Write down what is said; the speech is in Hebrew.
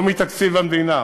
לא מתקציב המדינה,